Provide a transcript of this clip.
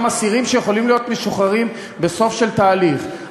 אסירים שיכולים להיות משוחררים בסוף של תהליך.